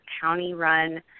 county-run